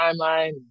timeline